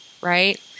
right